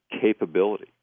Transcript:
capability